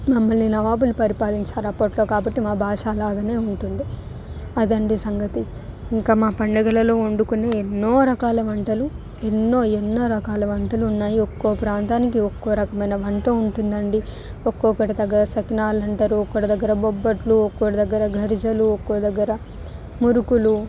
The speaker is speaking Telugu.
మమ్మల్ని నవాబులు పరిపాలించారు అప్పట్లో కాబట్టి మా భాష అలాగనే ఉంటుంది అది అండి సంగతి ఇంకా మా పండగలలో వండుకుని ఎన్నో రకాల వంటలు ఎన్నో ఎన్నో రకాల వంటలు ఉన్నాయి ఒక్కో ప్రాంతానికి ఒక్కో రకమైన వంట ఉంటుందండి ఒక్కొక్కటిదగ్గ సకినాలు అంటారు ఒక్క దగ్గర బొబ్బట్లు ఒక్క దగ్గర గరిజాలు ఒక్క దగ్గర మురుకులు